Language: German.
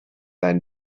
ein